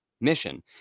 mission